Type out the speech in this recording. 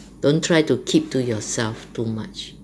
don't try to keep to yourself too much